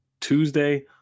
Tuesday